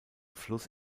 fluss